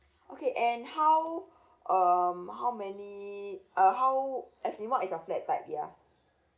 okay and how um how many uh how as in what is your flat like yeah